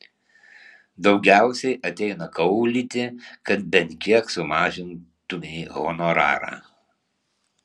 daugiausiai ateina kaulyti kad bent kiek sumažintumei honorarą